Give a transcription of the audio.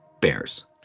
bears